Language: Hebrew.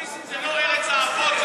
קפריסין זאת לא ארץ האבות.